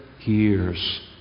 years